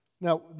Now